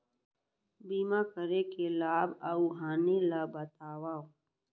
बीमा करे के लाभ अऊ हानि ला बतावव